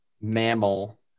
mammal